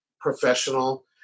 professional